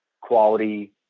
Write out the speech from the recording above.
quality